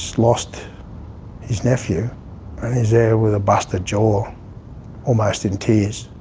so lost his nephew and he's there with a busted jaw almost in tears.